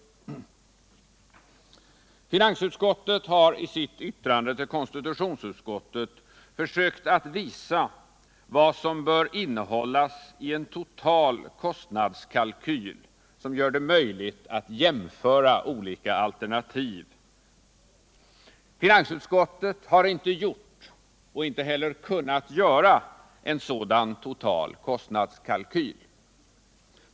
Finansutskoutet har i sitt yttrande till konstitutionsutskottet försökt att visa vad som bör ingå i en total kostnadskalkyl, som gör det möjligt att jämföra olika alternativ. Finansutskottet har inte gjort, och inte heller kunnat göra, en sådan total kostnadskalkyl.